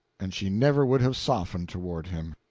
and she never would have softened toward him.